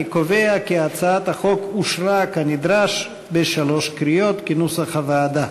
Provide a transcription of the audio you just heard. אני קובע כי הצעת החוק אושרה כנדרש בשלוש קריאות כנוסח הוועדה.